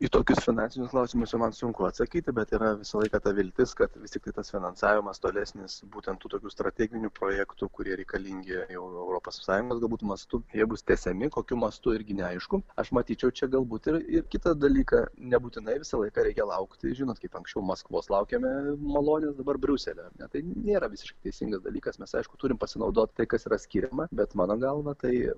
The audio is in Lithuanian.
į tokius finansinius klausimus jau man sunku atsakyti bet yra visą laiką ta viltis kadvis tiktai tas finansavimas tolesnis būtent tokių strateginių projektų kurie reikalingi europos sąjungos galbūt mastu jie bus tęsiami kokiu mastu irgi neaišku aš matyčiau čia galbūt ir ir kitą dalyką nebūtinai visą laiką reikia laukti žinot kaip anksčiau maskvos laukėme malonės dabar briuselio ne tai nėra visiškai teisingas dalykas mes aišku turime pasinaudot tai kas yra skiriama bet mano galva tai